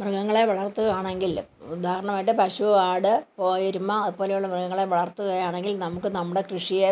മൃഗങ്ങളെ വളർത്തുക ആണെങ്കിൽ ഉദാഹരണമായിട്ട് പശു ആട് എരുമ അതുപോലെയുള്ള മൃഗങ്ങളെ വളർത്തുകയാണെങ്കിൽ നമുക്ക് നമ്മുടെ കൃഷിയെ